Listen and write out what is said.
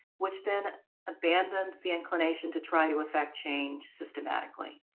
which then abandons the inclination to try to affect change systematically.